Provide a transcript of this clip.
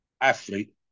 athlete